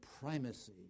primacy